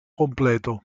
completo